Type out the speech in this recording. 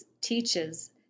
teaches